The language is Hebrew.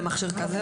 זה מכשיר כזה,